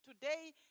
today